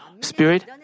Spirit